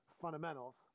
fundamentals